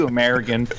American